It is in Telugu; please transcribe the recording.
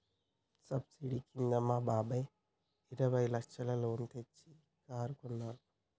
సబ్సిడీ కింద మా బాబాయ్ ఇరవై లచ్చల లోన్ తెచ్చి కారు కొన్నాడు